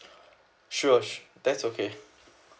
sure that's okay